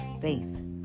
faith